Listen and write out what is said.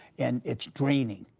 and it's draining,